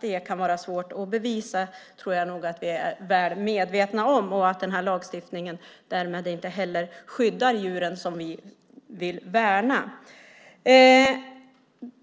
Det kan vara svårt att bevisa det, det är vi väl medvetna om, och därmed skyddar den här lagstiftningen inte heller djuren som vi vill värna.